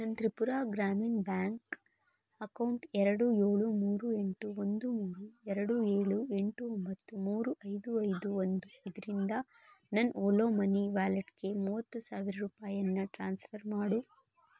ನನ್ನ Tripura Gramin bank account ಎರಡು ಏಳು ಮೂರು ಎಂಟು ಒಂದು ಮೂರು ಎರಡು ಏಳು ಎಂಟು ಒಂಬತ್ತು ಮೂರು ಐದು ಐದು ಒಂದು ಇದರಿಂದ ನನ್ನ ಓಲೊ ಮನಿ ವ್ಯಾಲೆಟ್ಗೆ ಮೂವತ್ತು ಸಾವಿರ ರೂಪಾಯಿಯನ್ನು ಟ್ರಾನ್ಸ್ಫರ್ ಮಾಡು